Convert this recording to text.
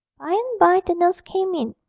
by-and-by the nurse came in,